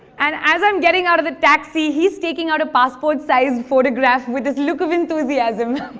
and as i'm getting out of the taxi, he is taking out a passport-sized photograph with this look of enthusiasm.